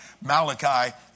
Malachi